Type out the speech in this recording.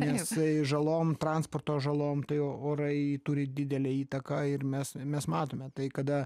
nes žalom transporto žalom tai orai turi didelę įtaką ir mes mes matome tai kada